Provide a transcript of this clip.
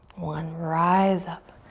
one, rise up.